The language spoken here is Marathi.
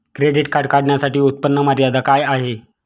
क्रेडिट कार्ड काढण्यासाठी उत्पन्न मर्यादा काय आहे?